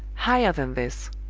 higher than this!